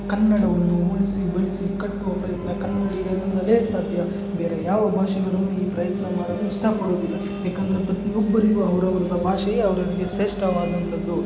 ಕನ್ನಡವನ್ನು ಉಳಿಸಿ ಬೆಳೆಸಿ ಕಟ್ಟುವ ಪ್ರಯತ್ನ ಕನ್ನಡಿಗರಿಂದಲೇ ಸಾಧ್ಯ ಬೇರೆ ಯಾವ ಭಾಷೆಗಳೂ ಈ ಪ್ರಯತ್ನ ಮಾಡಲು ಇಷ್ಟಪಡುವುದಿಲ್ಲ ಏಕೆಂದ್ರೆ ಪ್ರತಿಯೊಬ್ಬರಿಗೂ ಅವ್ರವ್ರ್ದು ಭಾಷೆಯೇ ಅವರವ್ರಿಗೆ ಶ್ರೇಷ್ಠವಾದಂಥದ್ದು